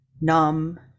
numb